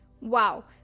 Wow